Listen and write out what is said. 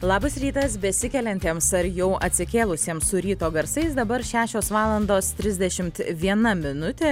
labas rytas besikeliantiems ar jau atsikėlusiems su ryto garsais dabar šešios valandos trisdešimt viena minutė